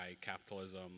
capitalism